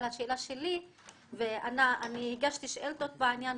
אבל השאלה שלי ואני הגשתי שאילתות בעניין,